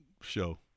show